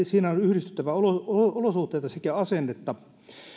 siinä on yhdistettävä olosuhteita sekä asennetta